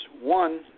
one